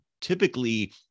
typically